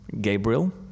Gabriel